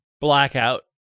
blackout